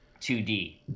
2D